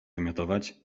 wymiotować